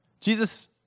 Jesus